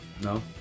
No